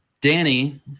Danny